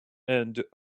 end